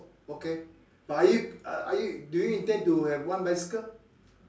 okay but are you are you do you intend to have one bicycle